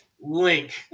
link